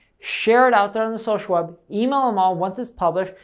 share it out there on the social web, email um all once it's published,